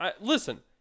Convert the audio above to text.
listen